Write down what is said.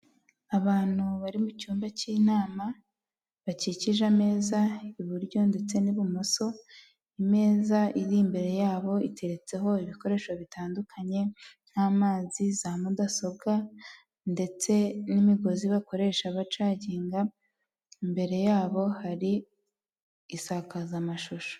Abantu bari mu cyumba cy'inama bakikije ameza iburyo ndetse n'ibumosomeza, imeza iri imbere yabo iteretseho ibikoresho bitandukanye, nk'amazi, za mudasobwa ndetse n'imigozi bakoresha bacaginga, imbere yabo hari isakazamashusho.